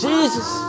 Jesus